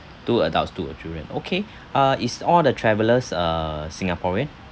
two adults two uh children okay uh is all the travellers uh singaporean